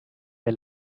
wir